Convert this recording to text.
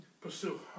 Pursue